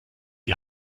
die